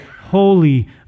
holy